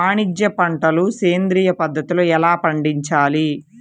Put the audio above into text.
వాణిజ్య పంటలు సేంద్రియ పద్ధతిలో ఎలా పండించాలి?